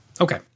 Okay